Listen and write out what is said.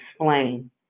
explain